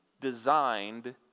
designed